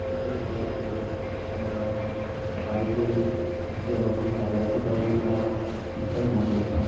এটাই বলার ছিল যে আমার বাড়িতে থাকতেই আমার খুব ভালো লাগে কোথাও গিয়ে আমার ঠিকঠাক মন টেকে না